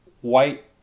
white